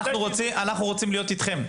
אנחנו רוצים להיות אתכם.